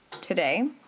today